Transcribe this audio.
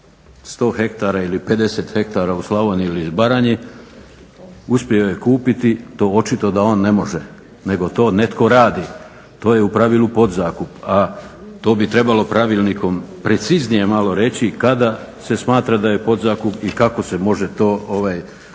100 hektara ili 50 hektara u Slavoniji ili Baranji, uspio je kupiti, to očito da on ne može nego to netko radi. To je u pravilu podzakup, a to bi trebalo pravilnikom preciznije malo reći kada se smatra da je podzakup i kako se može to